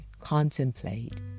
contemplate